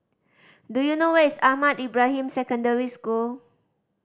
do you know where is Ahmad Ibrahim Secondary School